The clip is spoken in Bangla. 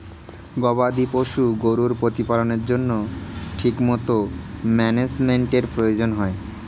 গবাদি পশু গরুর প্রতিপালনের জন্য ঠিকমতো ম্যানেজমেন্টের প্রয়োজন হয়